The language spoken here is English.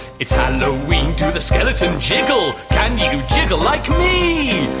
it's halloween, do the skeleton jiggle. can you jiggle like me?